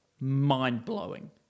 mind-blowing